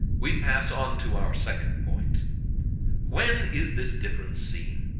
we pass on to our second point when is this difference seen?